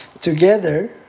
together